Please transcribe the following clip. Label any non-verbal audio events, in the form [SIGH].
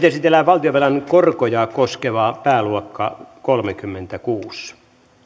[UNINTELLIGIBLE] esitellään valtionvelan korkoja koskeva pääluokka kolmekymmentäkuusi